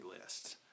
lists